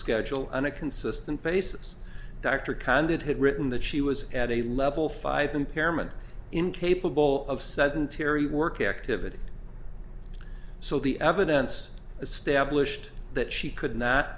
schedule on a consistent basis dr condit had written that she was at a level five impairment incapable of sedentary work activity so the evidence established that she could not